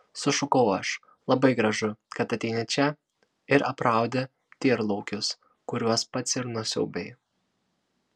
sušukau aš labai gražu kad ateini čia ir apraudi tyrlaukius kuriuos pats ir nusiaubei